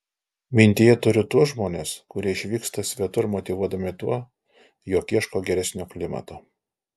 mintyje turiu tuos žmones kurie išvyksta svetur motyvuodami tuo jog ieško geresnio klimato